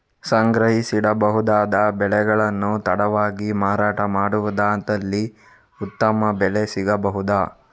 ಸಂಗ್ರಹಿಸಿಡಬಹುದಾದ ಬೆಳೆಗಳನ್ನು ತಡವಾಗಿ ಮಾರಾಟ ಮಾಡುವುದಾದಲ್ಲಿ ಉತ್ತಮ ಬೆಲೆ ಸಿಗಬಹುದಾ?